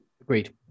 Agreed